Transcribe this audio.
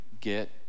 get